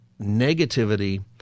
negativity